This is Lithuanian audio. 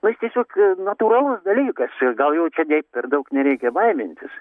nu jis tiesiog natūralus dalykas ir gal jo čia nei per daug nereikia baimintis